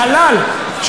בחלל,